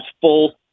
full-